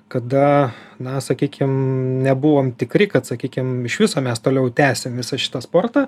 kada na sakykim nebuvom tikri kad sakykim iš viso mes toliau tęsime visą šitą sportą